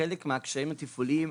שחלק מהקשיים התפעוליים,